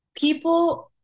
people